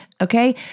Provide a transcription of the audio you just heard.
okay